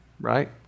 right